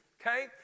okay